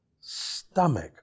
stomach